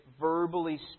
verbally